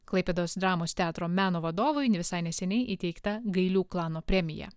klaipėdos dramos teatro meno vadovui visai neseniai įteikta gailių klano premija